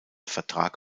vertrag